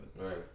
Right